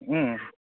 ओम